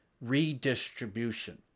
redistribution